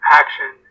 action